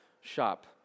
shop